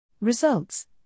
Results